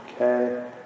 okay